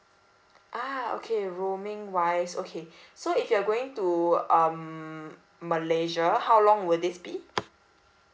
ah okay roaming wise okay so if you're going to um malaysia how long will this be